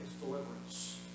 deliverance